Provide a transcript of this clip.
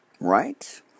Right